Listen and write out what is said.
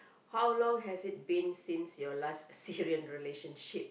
how long has it been since your last serious relationship